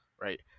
right